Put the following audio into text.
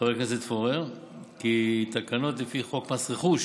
חבר הכנסת פורר כי תקנות לפי חוק מס רכוש